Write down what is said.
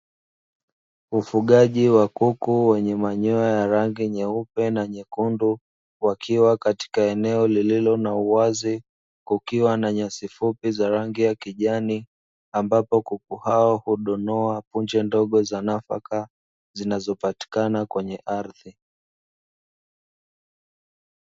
Wafugaji wa kuku wenye manyoya ya rangi nyeupe na nyekundu wakiwa katika eneo lililo na uwazi kukiwa na nyasi fupi za rangi ya kijani ambapo kuku hao hudonoa punje ndogo za nafaka zinazopatikana katika ardhi.